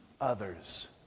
Others